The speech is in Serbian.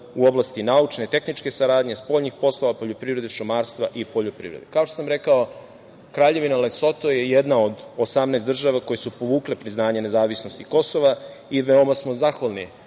u oblasti naučne, tehničke saradnje, spoljnih poslova, poljoprivrede i šumarstva. Kao što sam rekao, Kraljevina Lesoto je jedna od 18 država koje su povukle priznanje nezavisnosti Kosova i veoma smo zahvalni